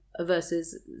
versus